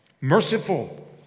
Merciful